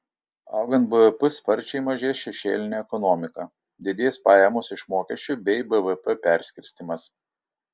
augant bvp sparčiai mažės šešėlinė ekonomika didės pajamos iš mokesčių bei bvp perskirstymas